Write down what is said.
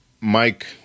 Mike